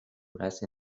press